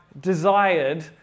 desired